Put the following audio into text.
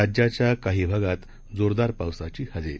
राज्याच्याकाहीभागातजोरदारपावसाची हजेरी